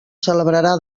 celebrarà